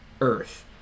Earth